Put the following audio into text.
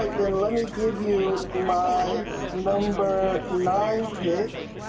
then let me give you my number nine pick